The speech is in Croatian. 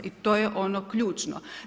I to je ono ključno.